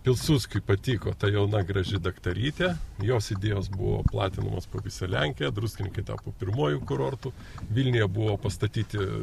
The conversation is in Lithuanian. pilsudskiui patiko ta jauna graži daktarytė jos idėjos buvo platinamos po visą lenkiją druskininkai tapo pirmuoju kurortu vilniuje buvo pastatyti